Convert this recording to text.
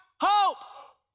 hope